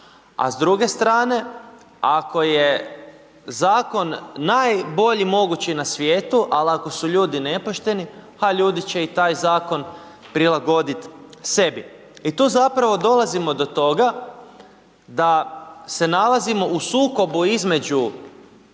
a s druge strane ako je zakon najbolji mogući na svijetu, al ako su ljudi nepošteni, a ljudi će i taj zakon prilagodit sebi. I tu zapravo dolazimo do toga da se nalazimo u sukobu između